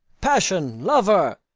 passion! lover!